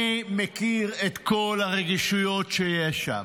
אני מכיר את כל הרגישויות שיש שם.